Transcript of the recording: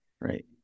Right